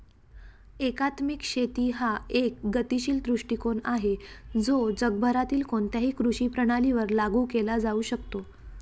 एकात्मिक शेती हा एक गतिशील दृष्टीकोन आहे जो जगभरातील कोणत्याही कृषी प्रणालीवर लागू केला जाऊ शकतो